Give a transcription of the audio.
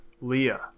Leah